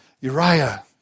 Uriah